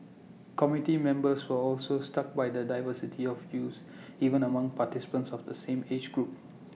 committee members were also stuck by the diversity of views even among participants of the same age group